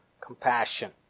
compassion